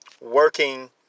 Working